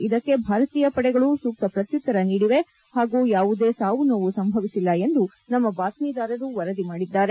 ಇದಕ್ಕೆ ಭಾರತೀಯ ಪಡೆಗಳು ಸೂಕ್ತ ಪ್ರತ್ಯುತ್ತರ ನೀಡಿವೆ ಹಾಗೂ ಯಾವುದೇ ಸಾವು ನೋವು ಸಂಭವಿಸಿಲ್ಲ ಎಂದು ನಮ್ಮ ಬಾತ್ಮೀದಾರರು ವರದಿ ಮಾಡಿದ್ದಾರೆ